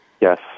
Yes